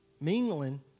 mingling